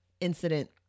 incident